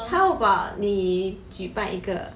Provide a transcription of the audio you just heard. how about 你举办一个